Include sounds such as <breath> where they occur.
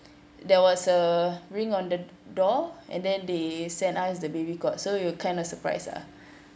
there was a ring on the door and then they sent us the baby cot so we're kind of surprise lah <breath>